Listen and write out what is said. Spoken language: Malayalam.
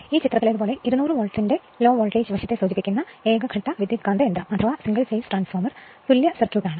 ഈ ചിത്രത്തിൽ കാണിക്കുന്നത് 200 വോൾട്ടിന്റെ ലോ വോൾട്ടേജ് വശത്തെ സൂചിപ്പിക്കുന്ന സിംഗിൾ ഫേസ് ട്രാൻസ്ഫോർമറിന്റെ തുല്യ സർക്യൂട്ട് ആണ്